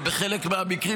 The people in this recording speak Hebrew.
ובחלק מהמקרים,